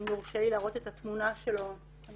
ואם יורשה לי להראות את התמונה שלו אני